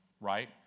Right